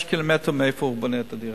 5 ק"מ מהמקום שהוא בונה את הדירה.